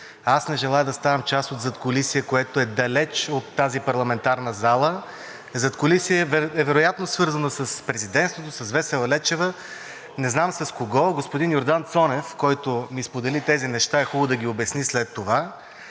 аз не желая да ставам част от задкулисие, което е далеч от тази парламентарна зала, задкулисие, вероятно свързано с президентството, с Весела Лечева, не знам с кого.. Господин Йордан Цонев, който ми сподели тези неща, е хубаво да ги обясни след това.